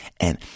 and-